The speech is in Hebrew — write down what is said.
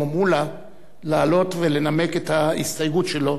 מולה לעלות ולנמק את ההסתייגות שלו